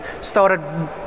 started